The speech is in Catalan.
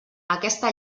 aquesta